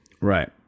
Right